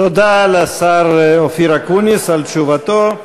תודה לשר אופיר אקוניס על תשובתו.